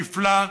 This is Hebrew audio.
הנפלא,